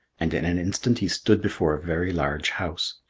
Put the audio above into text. and in an instant he stood before a very large house.